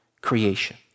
creation